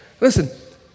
Listen